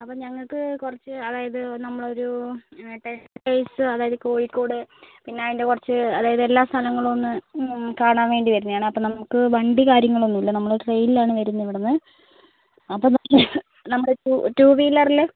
അപ്പം ഞങ്ങൾക്ക് കുറച്ച് അതായത് നമ്മളൊരു ടെക്സ്റ്റൈൽസ് അതായത് കോഴിക്കോട് പിന്നെ അതിൻ്റെ കുറച്ച് അതായത് എല്ലാ സ്ഥലങ്ങളും ഒന്ന് കാണാൻ വേണ്ടി വരുന്നതാണ് അപ്പോൾ നമുക്ക് വണ്ടി കാര്യങ്ങൾ ഒന്നുമില്ല നമ്മൾ ട്രെയിനിലാണ് വരുന്നത് ഇവിടുന്ന് അപ്പോൾ നമ്മളിപ്പോൾ ടൂ ടു വീലറിൽ